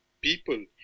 people